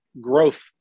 growth